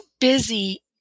busy